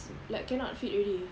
like cannot fit already